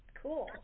cool